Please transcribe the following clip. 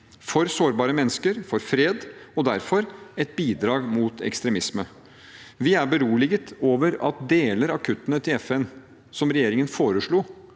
for sårbare mennesker og for fred og er derfor et bidrag til kampen mot ekstremisme. Vi er beroliget over at deler av kuttene til FN som regjeringen foreslo